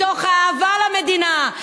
מתוך אהבה למדינה,